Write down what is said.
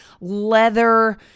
leather